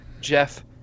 Jeff